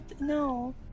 No